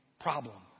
problem